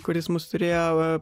kuris mus turėjo